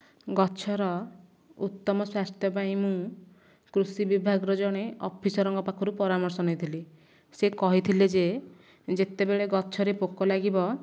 ଗଛର ଉତ୍ତମ ସ୍ୱାସ୍ଥ୍ୟ ପାଇଁ ମୁଁ କୃଷି ବିଭାଗର ଜଣେ ଅଫିସରଙ୍କ ପାଖରୁ ପରାମର୍ଶ ନେଇଥିଲି ସେ କହିଥିଲେ ଯେ ଯେତେବେଳେ ଗଛରେ ପୋକ ଲାଗିବ